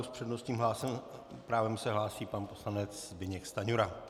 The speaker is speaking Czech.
S přednostním právem se hlásí pan poslanec Zbyněk Stanjura.